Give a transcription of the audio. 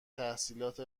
تحصیلات